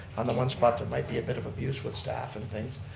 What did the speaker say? on the one spot there might be a bit of abuse with staff and things,